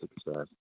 success